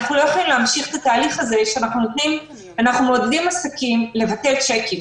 אנחנו לא יכולים להמשיך את התהליך הזה שאנחנו מעודדים עסקים לבטל צ'קים.